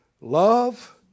love